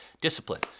discipline